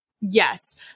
Yes